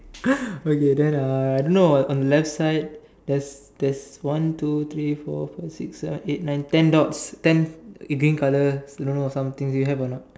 okay then uh I don't know on on the left side there's there's one two three four five six seven eight nine ten dots ten eh green color don't know some things you have or not